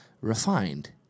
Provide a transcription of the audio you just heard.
refined